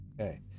Okay